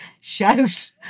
shout